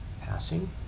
passing